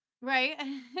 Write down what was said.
Right